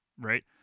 right